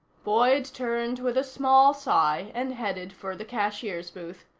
boyd turned with a small sigh and headed for the cashier's booth.